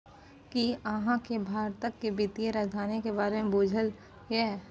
कि अहाँ केँ भारतक बित्तीय राजधानी बारे मे बुझल यै?